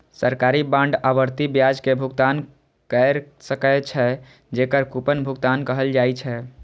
सरकारी बांड आवर्ती ब्याज के भुगतान कैर सकै छै, जेकरा कूपन भुगतान कहल जाइ छै